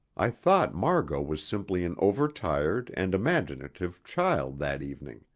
i thought margot was simply an overtired and imaginative child that evening.